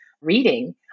reading